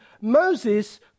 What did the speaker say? Moses